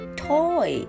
toy